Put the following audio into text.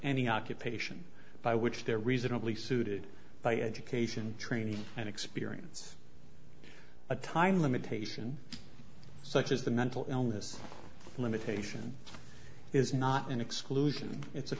any occupation by which they're reasonably suited by education training and experience a time limitation such as the mental illness limitation is not an exclusion it's a